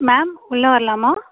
ma'am உள்ளே வரலாமா